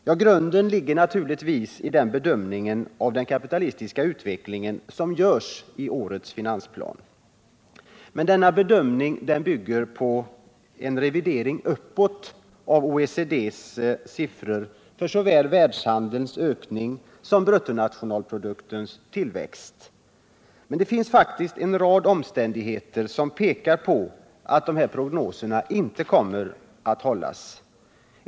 Ja, grunden ligger naturligtvis i den bedömning av den kapitalistiska utvecklingen som görs i årets finansplan. Men denna bedömning bygger på en revidering uppåt av OECD:s siffror för såväl världshandelns ökning som bruttonationalproduktens tillväxt. Men det finns faktiskt en rad omständigheter som pekar på att dessa prognoser inte kommer att hålla.